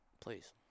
Please